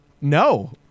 No